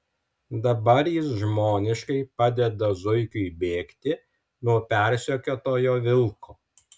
dabar jis žmoniškai padeda zuikiui bėgti nuo persekiotojo vilko